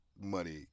money